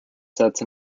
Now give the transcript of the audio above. sets